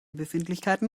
befindlichkeiten